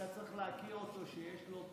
אתה צריך להכיר אותו שיש לו,